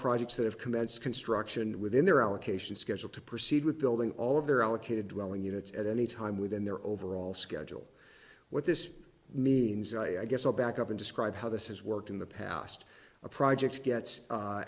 projects that have commenced construction within their allocation schedule to proceed with building all of their allocated wehling units at any time within their overall schedule what this means i guess i'll back up and describe how this has worked in the past a project gets